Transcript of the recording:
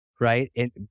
right